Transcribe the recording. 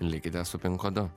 likite su pin kodu